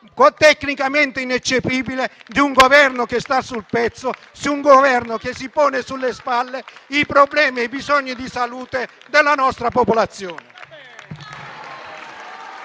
tecnicamente ineccepibile di un Governo che sta sul pezzo, che si pone sulle spalle i problemi e i bisogni di salute della nostra popolazione.